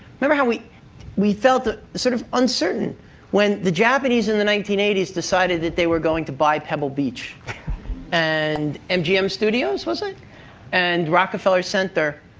remember how we we felt sort of uncertain when the japanese, in the nineteen eighty s, decided that they were going to buy pebble beach and mgm studios was it and rockefeller center.